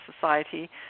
Society